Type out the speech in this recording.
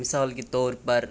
مِثال کے طور پَر